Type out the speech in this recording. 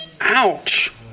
Ouch